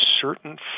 certain